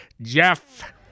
Jeff